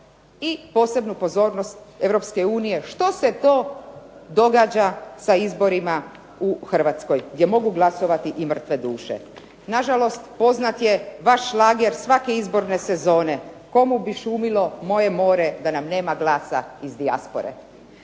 i posebnu pozornost Europske unije što se to događa sa izborima u Hrvatskoj gdje mogu glasovati i mrtve duše. Nažalost, poznat je vaš šlager svake izborne sezone "Komu bi šumilo moje more da nam nema glasa iz dijaspore".